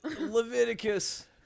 leviticus